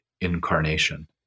incarnation